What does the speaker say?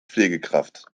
pflegekraft